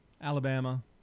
Alabama